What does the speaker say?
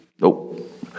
nope